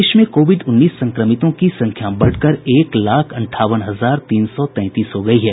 देश में कोविड उन्नीस संक्रमितों की संख्या बढ़कर एक लाख अंठावन हजार तीन सौ तैंतीस हो गई है